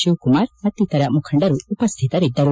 ಶಿವಕುಮಾರ್ ಮತ್ತಿತರ ಮುಖಂಡರು ಉಪಸ್ಥಿತರಿದ್ದರು